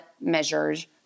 measures